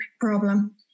problem